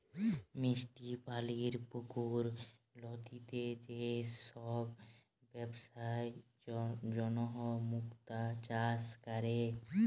মিষ্টি পালির পুকুর, লদিতে যে সব বেপসার জনহ মুক্তা চাষ ক্যরে